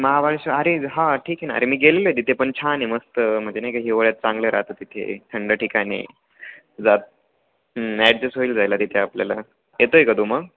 महाबळेश् अरे हां ठीक आहे ना अरे मी गेलेलो आहे तिथे पण छान आहे मस्त म्हणजे नाही का हिवाळ्यात चांगले राहतं तिथे थंड ठिकाणी जात ॲडजस्ट होईल जायला तिथे आपल्याला येतो आहे का तू मग